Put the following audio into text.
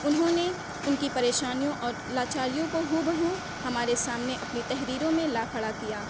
انہوں نے ان کی پریشانیوں اور لاچاریوں کو ہو بہ ہو ہمارے سامنے اپنی تحریروں میں لا کھڑا کیا